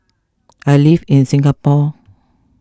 I live in Singapore